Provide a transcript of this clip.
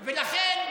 ולכן,